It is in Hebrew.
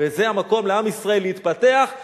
וזה המקום לעם ישראל להתפתח,